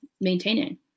maintaining